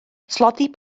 tlodi